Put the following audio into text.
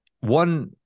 one